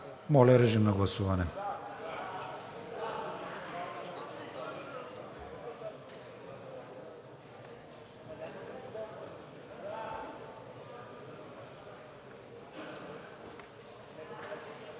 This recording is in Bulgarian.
Моля, режим на гласуване.